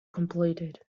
completed